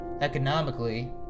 economically